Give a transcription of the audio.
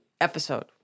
episode